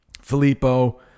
Filippo